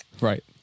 Right